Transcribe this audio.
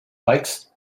bikes